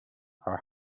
are